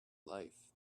life